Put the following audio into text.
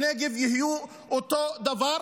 שבנגב הם יהיו אותו דבר.